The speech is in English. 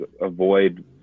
avoid